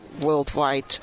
worldwide